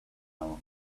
hour